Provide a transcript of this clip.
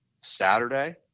Saturday